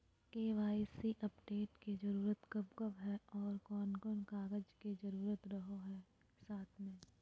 KYC update के जरूरत कब कब है और कौन कौन कागज के जरूरत रहो है साथ में?